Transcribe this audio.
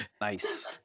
Nice